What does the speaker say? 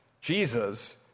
Jesus